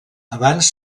abans